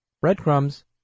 Breadcrumbs